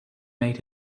made